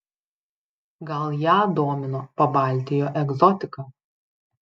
gal ją domino pabaltijo egzotika